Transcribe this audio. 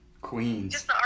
Queens